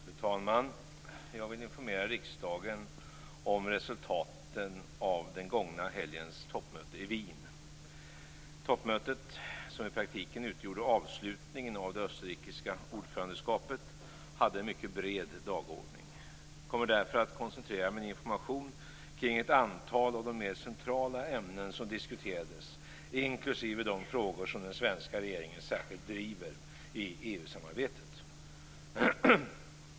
Fru talman! Jag vill informera riksdagen om resultaten av den gångna helgens toppmöte i Wien. Toppmötet, som i praktiken utgjorde avslutningen av det österrikiska ordförandeskapet, hade en mycket bred dagordning. Jag kommer därför att koncentrera min information kring ett antal av de mer centrala ämnen som diskuterades inklusive de frågor som den svenska regeringen särskilt driver i EU-samarbetet.